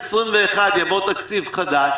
2021 יבוא תקציב חדש,